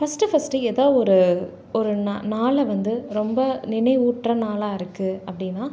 first first எதாவது ஒரு ஒரு நான் நாளை வந்து ரொம்ப நினைவூட்டுற நாளாக இருக்குது அப்படின்னா